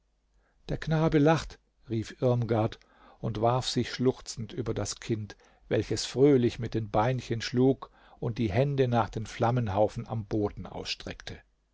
der knabe lacht rief irmgard und warf sich schluchzend über das kind welches fröhlich mit den beinchen schlug und die hände nach den flammenhaufen am boden ausstreckte